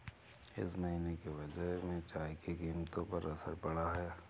इस महीने के बजट में चाय की कीमतों पर असर पड़ा है